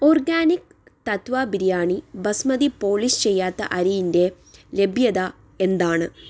organic തത്ത്വ biryani basmati polish ചെയ്യാത്ത അരിയിന്റെ ലഭ്യത എന്താണ്